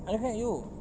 I'm looking at you